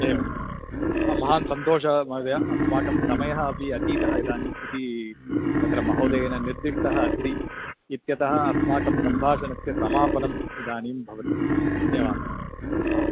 एवं महान् सन्तोषः महोदय अस्माकं समयः अपि अतीतः इदानीम् इति तत्र महोदयेन निर्दिष्टः अस्ति इत्यतः अस्माकं सम्भाषणस्य समापनम् इदानीं भवति धन्यवादः ह